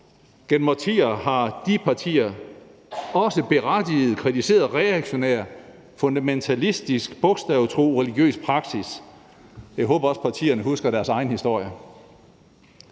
Gennem årtier har de partier også berettiget kritiseret reaktionær fundamentalistisk bogstavtro religiøs praksis, og jeg håber også, at partierne husker deres egen historie.